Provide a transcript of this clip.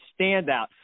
standout